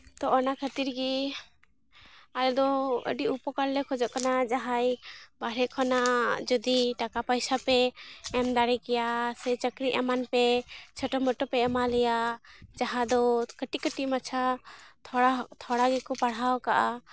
ᱛᱚ ᱚᱱᱟ ᱠᱷᱟᱹᱛᱤᱨ ᱜᱮ ᱟᱞᱮ ᱫᱚ ᱟᱹᱰᱤ ᱩᱯᱚᱠᱟᱨ ᱞᱮ ᱠᱷᱚᱡᱚᱜ ᱠᱟᱱᱟ ᱡᱟᱦᱟᱸᱭ ᱵᱟᱦᱨᱮ ᱠᱷᱚᱱᱟᱜ ᱡᱩᱫᱤ ᱴᱟᱠᱟ ᱯᱚᱭᱥᱟ ᱯᱮ ᱮᱢ ᱫᱟᱲᱮ ᱠᱮᱭᱟ ᱥᱮ ᱪᱟᱹᱠᱨᱤ ᱮᱢᱟᱱ ᱯᱮ ᱪᱷᱳᱴᱳ ᱢᱚᱴᱳ ᱯᱮ ᱮᱢᱟ ᱞᱮᱭᱟ ᱡᱟᱦᱟᱸ ᱫᱚ ᱠᱟᱹᱴᱤᱡᱼᱢᱟᱹᱴᱤᱡ ᱢᱟᱪᱷᱟ ᱛᱷᱚᱲᱟ ᱛᱷᱚᱲᱟ ᱜᱮᱠᱚ ᱯᱟᱲᱦᱟᱣ ᱠᱟᱜᱼᱟ